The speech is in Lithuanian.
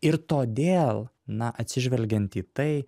ir todėl na atsižvelgiant į tai